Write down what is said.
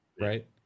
right